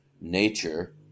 nature